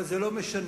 אבל זה לא משנה.